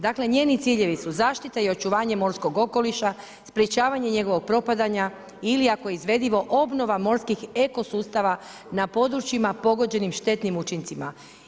Dakle njeni ciljevi su zaštita i očuvanje morskog okoliša, sprječavanje njegovog propadanja, ili ako je izvedivo, obnova morskih ekosustava na područjima pogođenim štetnim učincima.